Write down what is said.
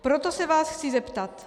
Proto se vás chci zeptat: